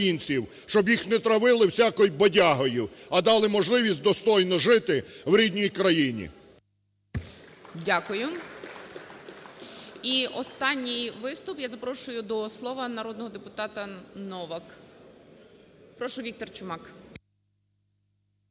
щоб їх не травили всякою бодягою, а дали можливість достойно жити в рідній країні. ГОЛОВУЮЧИЙ. Дякую. І останній виступ. Я запрошую до слова народного депутата Новак. Прошу, Віктор Чумак.